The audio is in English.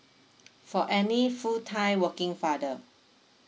for any full time working father